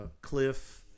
Cliff